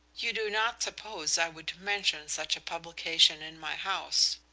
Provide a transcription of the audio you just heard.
you do not suppose i would mention such a publication in my house?